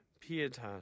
pietas